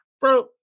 Bro